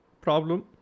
problem